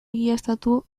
egiaztatu